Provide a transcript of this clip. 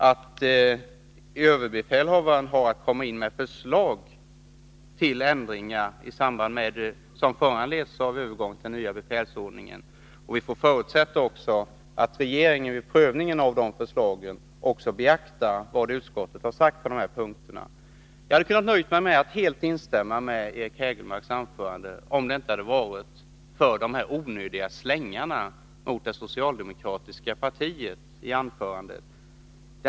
Men överbefälhavaren har nu att komma in med förslag till ändringar i samband med övergång till den nya befälsordningen, och vi får förutsätta att regeringen vid prövning av dessa förslag också beaktar vad utskottet har sagt på denna punkt. Jag hade kunnat nöja mig med att instämma med Eric Hägelmarks anförande, om det inte varit för dessa onödiga slängar mot socialdemokratiska partiet.